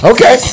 Okay